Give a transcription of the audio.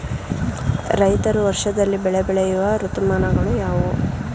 ರೈತರು ವರ್ಷದಲ್ಲಿ ಬೆಳೆ ಬೆಳೆಯುವ ಋತುಮಾನಗಳು ಯಾವುವು?